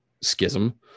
schism